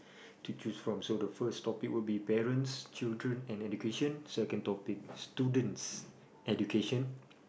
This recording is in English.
to choose from so the first topic would be parents children education second topic students education